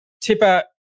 Tipper